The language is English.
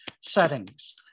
settings